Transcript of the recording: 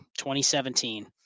2017